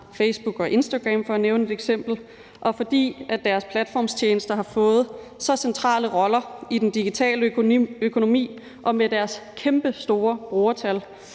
Facebook og Instagram, for at nævne et eksempel, og fordi deres platformstjenester har fået så centrale roller i den digitale økonomi og har kæmpestore brugertal,